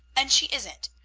and she isn't.